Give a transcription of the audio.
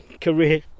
career